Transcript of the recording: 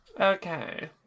okay